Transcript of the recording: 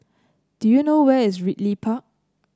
do you know where is Ridley Park